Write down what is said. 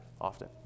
often